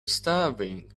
starving